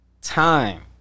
time